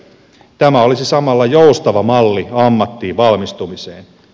tämä olisi samalla joustava malli ammattiin valmistumiseen